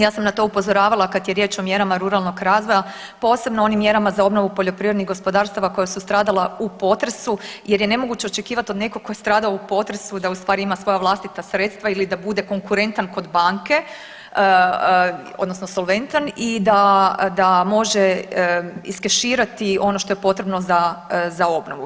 Ja sam na to upozoravala kada je riječ o mjerama ruralnog razvoja posebno onim mjerama za obnovu poljoprivrednih gospodarstava koja su stradala u potresu jer je nemoguće očekivati od nekoga ko je stradao u potresu da ustvari ima svoja vlastita sredstva ili da bude konkurentan kod banke odnosno solventan i da može iskeširati ono što je potrebno za obnovu.